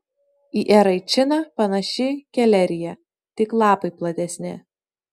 į eraičiną panaši kelerija tik lapai platesni